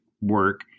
work